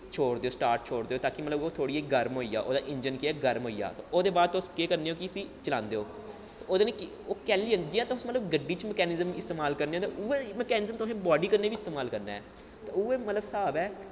छोड़दे ओ स्टार्ट छोड़दे ओ ताकि मतलब कि ओह् थोह्ड़ी जेही गर्म होई जा ओह्दा इंजन केह् ऐ गर्म होई जा ते ओह्दे बाद तुस केह् करने ओ कि उसी चलांदे ओ ते ओह्दे ओह् कैह्ल्ली जियां तुस मतलब गड्डी च मकैनिज़म इस्तमाल करने ओ ते उ'ऐ मकैनिज़म तुसें बाडी कन्नै बी इस्तमाल करना ऐ ते उ'ऐ मतलब स्हाब ऐ